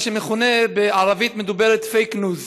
מה שמכונה בערבית מדוברת "פייק ניוז".